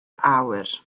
awr